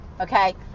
okay